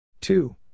Two